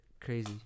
crazy